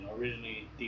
Originally